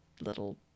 little